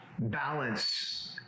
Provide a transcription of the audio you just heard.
balance